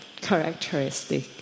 characteristic